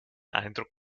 eindruck